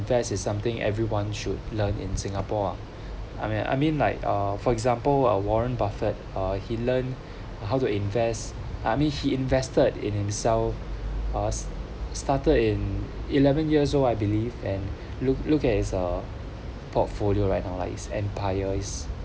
is something everyone should learn in singapore ah I mean I mean like uh for example warren buffet ah he learn how to invest I mean he invested in himself uh started in eleven years old I believe and look look at his uh portfolio right now like his empires